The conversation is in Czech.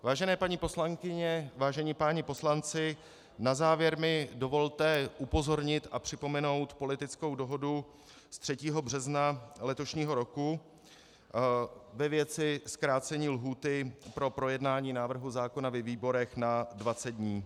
Vážené paní poslankyně, vážení páni poslanci, na závěr mi dovolte upozornit a připomenout politickou dohodu z 3. března letošního roku ve věci zkrácení lhůty pro projednání návrhu zákona ve výborech na 20 dní.